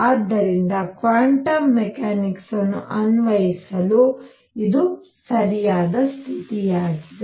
ಆದ್ದರಿಂದ quantum mechanics ಅನ್ನು ಅನ್ವಯಿಸಲು ಇದು ಸರಿಯಾದ ಸ್ಥಿತಿಯಾಗಿದೆ